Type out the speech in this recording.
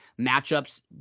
matchups